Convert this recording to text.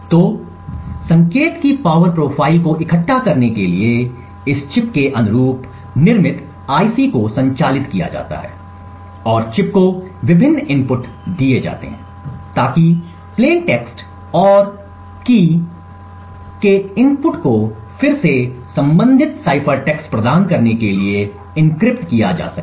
तो संकेत की पावर प्रोफ़ाइल को इकट्ठा करने के लिए इस चिप के अनुरूप निर्मित आईसी को संचालित किया जाता है और चिप को विभिन्न इनपुट दिए जाते हैं ताकि प्लेन टेक्स्ट और कुंजी के इनपुट को फिर से संबंधित साइफर टेक्स्ट प्रदान करने के लिए एन्क्रिप्ट किया जा सके